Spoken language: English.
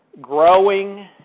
growing